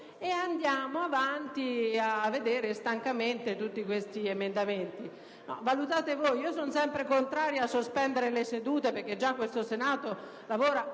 e andiamo avanti a vedere stancamente tutti gli altri emendamenti: valutate voi! Io sono sempre contraria a sospendere le sedute, perché già il Senato lavora